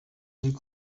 muri